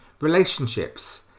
relationships